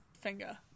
Finger